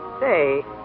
Say